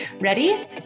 Ready